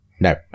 No